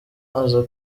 aza